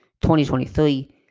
2023